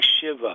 Shiva